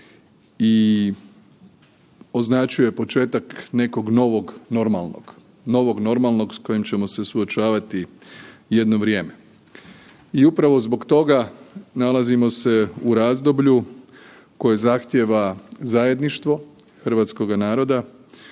i označio je početak nekog novog normalnog, novog normalnog s kojim ćemo se suočavati jedno vrijeme. I upravo zbog toga nalazimo se u razdoblju koje zahtjeva zajedništvo hrvatskoga naroda,